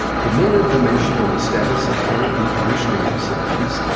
for more information on the status of current decommissioning facilities,